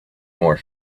more